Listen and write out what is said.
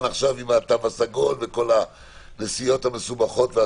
עכשיו עם התו הסגול וכל הנסיעות המסובכות.